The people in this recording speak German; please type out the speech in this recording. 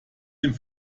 dem